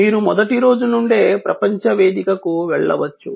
మీరు మొదటి రోజు నుండే ప్రపంచ వేదికకు వెళ్ళవచ్చు